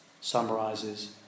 summarizes